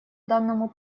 данному